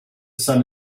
sun